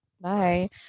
bye